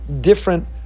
different